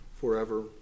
forever